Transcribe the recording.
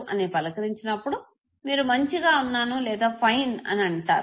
అని పలకరించినప్పుడు మీరు మంచిగా ఉన్నాను లేదా ఫైన్ అని అంటారు